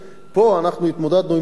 פה אנחנו התמודדנו עם סין,